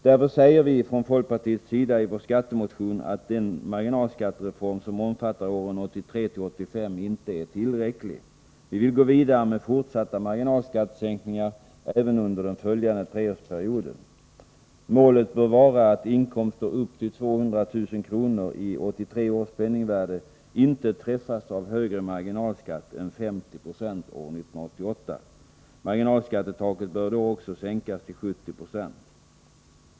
Därför säger vi från folkpartiets sida i vår partimotion om skatten att den marginalskattereform som omfattar åren 1983-1985 inte är tillräcklig. Vi vill gå vidare med fortsatta marginalskattesänkningar även under den följande treårsperioden. Målet bör vara att inkomster upp till 200 000 kr. i 1983 års penningvärde inte träffas av högre marginalskatt än 50 90 år 1988. Marginalskattetaket bör då också sänkas till 70 90.